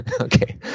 Okay